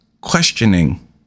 questioning